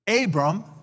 Abram